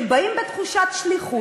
שהם באים בתחושת שליחות,